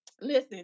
listen